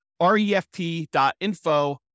refp.info